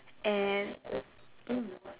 ya and mm